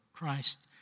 Christ